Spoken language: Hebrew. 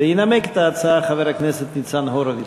וינמק את ההצעה חבר הכנסת ניצן הורוביץ.